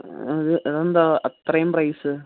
അതെന്താ അത്രയും പ്രൈസ്